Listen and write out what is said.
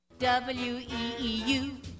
W-E-E-U